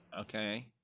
Okay